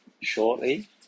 shortly